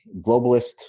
globalist